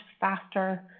faster